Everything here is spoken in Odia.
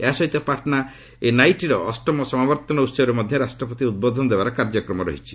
ଏହା ସହିତ ପାଟନା ଏନ୍ଆଇଟିର ଅଷ୍ଟମ ସମାବର୍ତ୍ତନ ଉତ୍ସବରେ ମଧ୍ୟ ରାଷ୍ଟ୍ରପତି ଉଦ୍ବୋଧନ ଦେବାର କାର୍ଯ୍ୟକ୍ରମ ରହିଛି